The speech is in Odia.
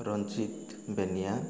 ରଞ୍ଜିତ ବେନିଆ